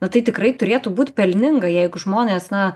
na tai tikrai turėtų būt pelninga jeigu žmonės na